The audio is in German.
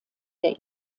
der